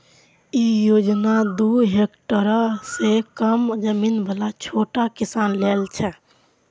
ई योजना दू हेक्टेअर सं कम जमीन बला छोट किसान लेल छै